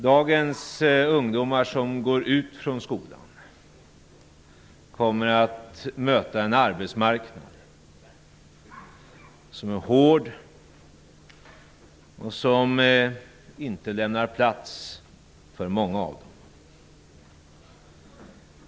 Dagens ungdomar som går ut från skolan kommer att möta en arbetsmarknad som är hård och som inte lämnar plats för många av dem.